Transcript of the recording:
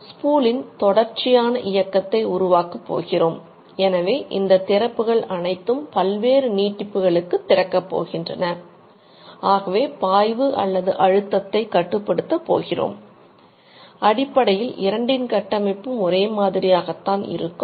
ஸ்பூலின் இருக்கும்